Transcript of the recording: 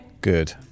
good